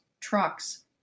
trucks